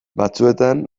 batzuetan